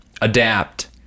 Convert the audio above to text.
adapt